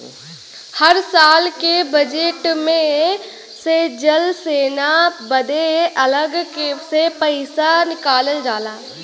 हर साल के बजेट मे से जल सेना बदे अलग से पइसा निकालल जाला